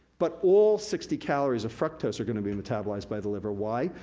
but all sixty calories of fructose are gonna be metabolized by the liver. why?